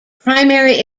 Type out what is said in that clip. primary